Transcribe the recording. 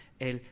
el